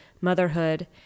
motherhood